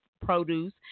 produce